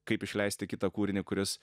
kaip išleisti kitą kūrinį kuris